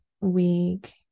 week